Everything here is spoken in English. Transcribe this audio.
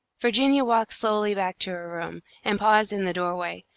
virginia walked slowly back to her room and paused in the doorway,